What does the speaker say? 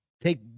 take